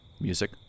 Music